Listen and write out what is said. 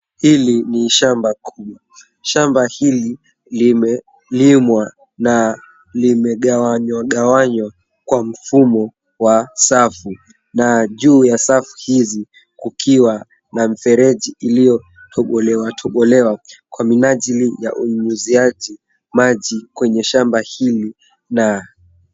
Hili ni shamba kubwa. Shamba hili limelimwa na limegawanywa gawanywa kwa mfumo wa safu na juu ya safu hizi kukiwa na mfereji iliyotobolewa tobolewa kwa minajili ya unyunyiziaji maji kwenye shamba hili.